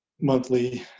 monthly